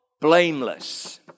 blameless